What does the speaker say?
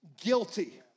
guilty